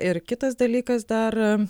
ir kitas dalykas dar